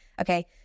okay